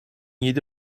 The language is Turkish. yedi